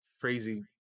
crazy